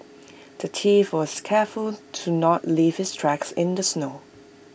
the thief was careful to not leave his tracks in the snow